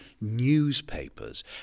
newspapers